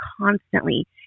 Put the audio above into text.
constantly